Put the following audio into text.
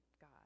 God